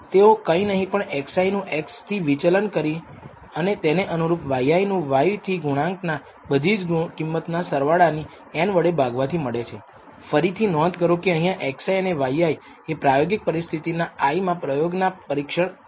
તેઓ કંઈ નહીં પણ xi નું x થી વિચલન અને તેને અનુરૂપ yi નું y થી ગુણાક ના બધી જ કિંમતના સરવાળાની n વડે ભાગવાથી મળે છે ફરીથી નોંધ કરો કે અહીંયા xi અને yi એ પ્રાયોગીક પરિસ્થિતિના i માં પ્રયોગ ના પરીક્ષણ છે